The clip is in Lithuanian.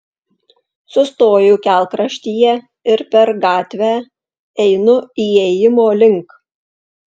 sustoju kelkraštyje ir per gatvę einu įėjimo link